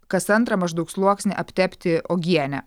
kas antrą maždaug sluoksnį aptepti uogiene